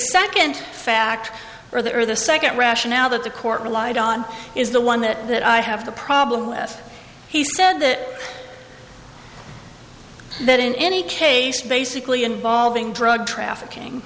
second fact or there the second rationale that the court relied on is the one that i have the problem with he said that that in any case basically involving drug trafficking